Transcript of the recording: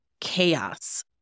chaos